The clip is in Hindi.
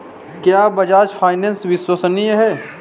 क्या बजाज फाइनेंस विश्वसनीय है?